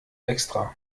extra